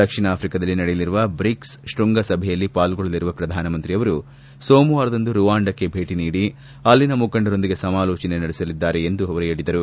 ದಕ್ಷಿಣ ಆಫ್ರಿಕಾದಲ್ಲಿ ನಡೆಯಲಿರುವ ಬ್ರಿಕ್ಸ್ ತೃಂಗಸಭೆಯಲ್ಲಿ ಪಾಲ್ಗೊಳ್ಳಲಿರುವ ಪ್ರಧಾನಮಂತ್ರಿಯವರು ಸೋಮವಾರದಂದು ರುವಾಂಡಕ್ಕೆ ಭೇಟ ನೀಡಿ ಅಲ್ಲಿನ ಮುಖಂಡರೊಂದಿಗೆ ಸಮಾಲೋಚನೆ ನಡೆಸಲಿದ್ದಾರೆ ಎಂದು ಅವರು ಹೇಳಿದರು